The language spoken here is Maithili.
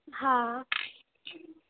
हँ